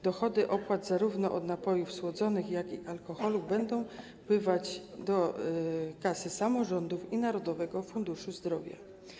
Dochody z opłat zarówno od napojów słodzonych jak i alkoholu będą wpływać do kas samorządów i Narodowego Fundusz Zdrowia.